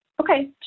Okay